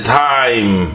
time